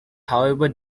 however